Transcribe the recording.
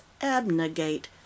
abnegate